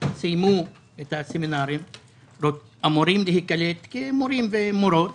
שסיימו את הסמינרים ואמורים להיקלט כמורים ומורות